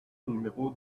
numéro